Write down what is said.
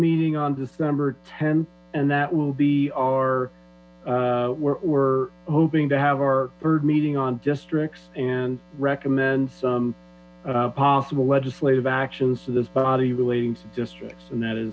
meeting on december ten and that will be ah we're hoping to have our third meeting on districts and recommend some possible legislative actions to this body relating districts and that is